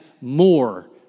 more